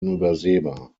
unübersehbar